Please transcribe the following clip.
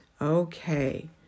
Okay